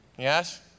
Yes